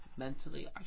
mentally